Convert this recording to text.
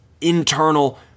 internal